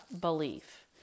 belief